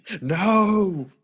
No